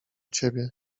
ciebie